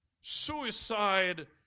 suicide